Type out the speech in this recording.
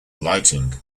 lighting